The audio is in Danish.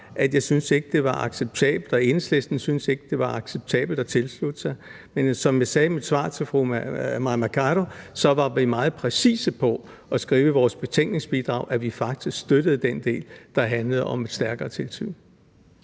at jeg ikke syntes, det var acceptabelt – og Enhedslisten syntes ikke, det var acceptabelt – at tilslutte sig. Men som jeg sagde i mit svar til fru Mai Mercado, var vi meget præcise med at skrive i vores betænkningsbidrag, at vi faktisk støttede den del, der handlede om et stærkere tilsyn.